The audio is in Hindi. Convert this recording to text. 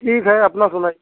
जी सर अपना सुनाईए